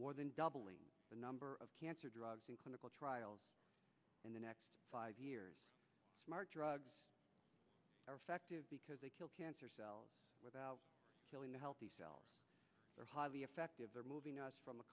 more than doubling the number of cancer drugs in clinical trials in the next five years smart drugs are effective because they kill cancer cells without killing the healthy cells are highly effective they're moving us from a